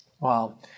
Wow